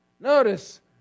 Notice